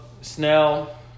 Snell